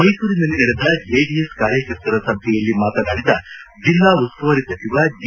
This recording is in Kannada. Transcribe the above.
ಮೈಸೂರಿನಲ್ಲಿ ನಡೆದ ಜೆಡಿಎಸ್ ಕಾರ್ಯಕರ್ತರ ಸಭೆಯಲ್ಲಿ ಮಾತನಾಡಿದ ಜೆಲ್ಲಾ ಉಸ್ತುವಾರಿ ಸಚಿವ ಜಿ